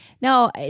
No